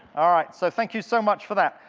all right, so thank you so much for that.